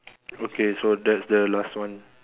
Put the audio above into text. okay so that's the last one